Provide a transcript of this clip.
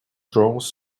draws